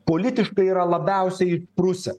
politiškai yra labiausiai prusę